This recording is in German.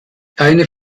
keine